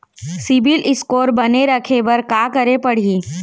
CIBIL score बने रखे बर का करे पड़ही?